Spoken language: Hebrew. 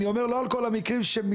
אני אומר לא על כל המקרים שמתרחשים,